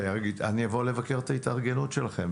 אני אבוא לבקר את ההתארגנות שלכם,